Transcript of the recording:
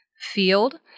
field